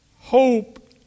hope